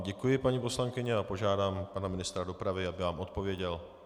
Děkuji vám, paní poslankyně, a požádám pana ministra dopravy, aby vám odpověděl.